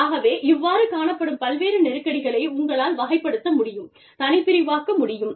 ஆகவே இவ்வாறு காணப்படும் பல்வேறு நெருக்கடிகளை உங்களால் வகைப்படுத்த முடியும் தனிப்பிரிவாக்க முடியும்